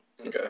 Okay